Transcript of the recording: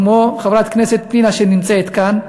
כמו חברת הכנסת פנינה שנמצאת כאן,